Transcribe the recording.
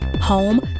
Home